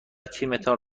تیمتان